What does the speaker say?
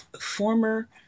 former